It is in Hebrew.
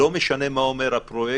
לא משנה מה אומר הפרויקטור,